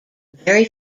very